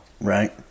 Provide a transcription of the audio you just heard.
Right